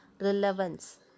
relevance